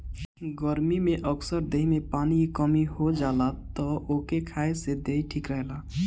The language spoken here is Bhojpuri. गरमी में अक्सर देहि में पानी के कमी हो जाला तअ एके खाए से देहि ठीक रहेला